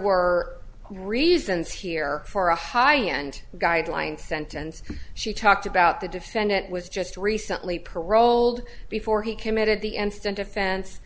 were reasons here for a high end guideline sentence she talked about the defendant was just recently paroled before he committed the instant offense